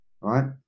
right